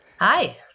Hi